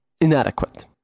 inadequate